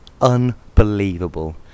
Unbelievable